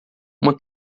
uma